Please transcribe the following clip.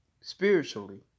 spiritually